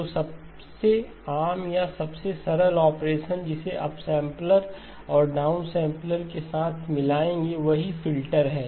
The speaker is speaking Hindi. तो सबसे आम या सबसे सरल ऑपरेशन जिसे अपसैंपलर और डाउन सैंपलर के साथ मिलाएंगे वही फिल्टर हैं